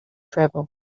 travel